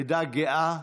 עדה גאה,